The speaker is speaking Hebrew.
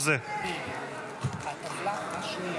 טטיאנה מזרסקי,